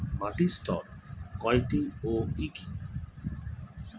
মাটির স্তর কয়টি ও কি কি?